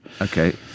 Okay